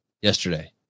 yesterday